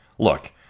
Look